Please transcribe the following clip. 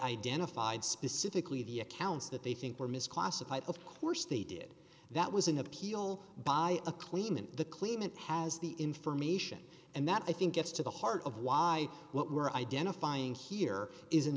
identified specifically the accounts that they think were misclassified of course they did that was an appeal by a clean and the claimant has the information and that i think gets to the heart of why what we're identifying here is